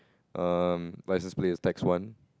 um one